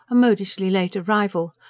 a modishly late arrival,